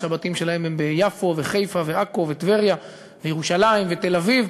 שהבתים שלהם הם ביפו וחיפה ועכו וטבריה וירושלים ותל-אביב,